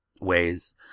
ways